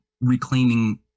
reclaiming